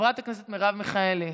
חברת הכנסת מרב מיכאלי,